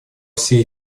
все